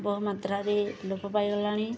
ବହୁ ମାତ୍ରାରେ ଲୋପ ପାଇଗଲାଣି